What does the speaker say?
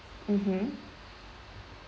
mmhmm